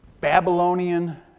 Babylonian